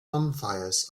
bonfires